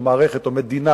מערכת או מדינה,